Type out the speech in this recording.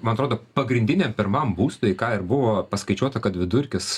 man atrodo pagrindiniam pirmam būstui ką ir buvo paskaičiuota kad vidurkis